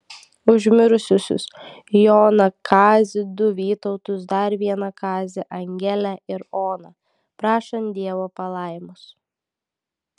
už mirusius joną kazį du vytautus dar vieną kazį angelę ir oną prašant dievo palaimos